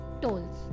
tolls